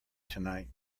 tonight